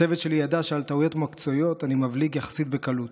הצוות שלי ידע שעל טעויות מקצועיות אני מבליג יחסית בקלות,